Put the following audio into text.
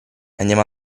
andiamo